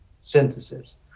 synthesis